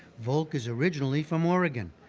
volk is originally from oregon.